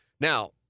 Now